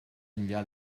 enllà